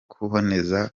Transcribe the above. kuboneza